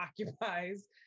occupies